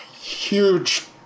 huge